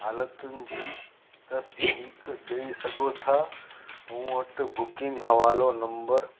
हालतुनि जी तसदीक़ ॾेई सघो था मूं वटि बुकिंग हवालो नंबर